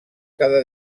cada